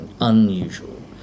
unusual